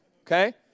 okay